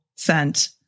sent